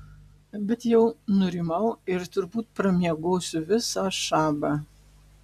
bet jau nurimau ir turbūt pramiegosiu visą šabą